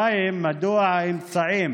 2. מדוע האמצעים